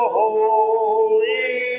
holy